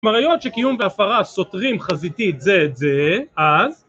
כלומר, ראיות שקיום בהפרה סותרים חזיתית זה את זה, אז...